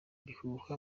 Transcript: ibihuha